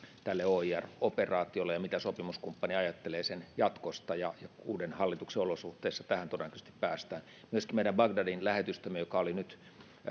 tälle oir operaatiolle ja mitä sopimuskumppani ajattelee sen jatkosta ja uuden hallituksen olosuhteissa tähän todennäköisesti päästään myöskin meidän bagdadin lähetystöämme joka oli nyt